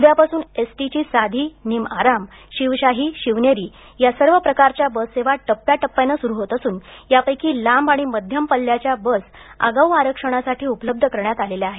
उद्यापासून एसटीची साधी निमआराम शिवशाही शिवनेरी यासर्व प्रकारच्या बस सेवा टप्प्याटप्प्याने सुरु होत असून त्यापैकी लांब आणि मध्यम पल्ल्याच्या बस आगाऊ आरक्षणासाठी उपलब्ध करण्यात आलेल्या आहेत